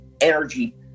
energy